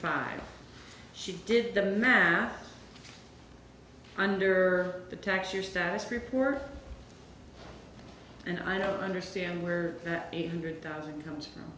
five she did the math under the tax your status report and i don't understand where that eight hundred dollars comes from